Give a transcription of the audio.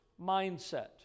mindset